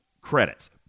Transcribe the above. credits